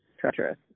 treacherous